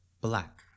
black